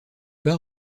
pas